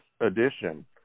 edition